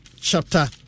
chapter